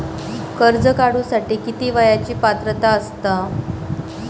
कर्ज काढूसाठी किती वयाची पात्रता असता?